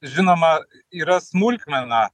žinoma yra smulkmena